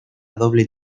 doble